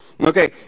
Okay